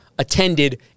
attended